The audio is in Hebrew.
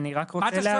מה אתה בעצם שואל?